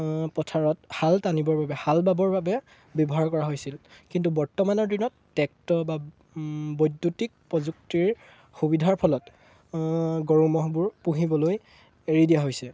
পথাৰত হাল টানিবৰ বাবে হাল বাবৰ বাবে ব্যৱহাৰ কৰা হৈছিল কিন্তু বৰ্তমানৰ দিনত টেক্টৰ বা বৈদ্যুতিক প্ৰযুক্তিৰ সুবিধাৰ ফলত গৰু ম'হবোৰ পুহিবলৈ এৰি দিয়া হৈছে